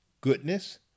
goodness